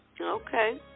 Okay